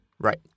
Right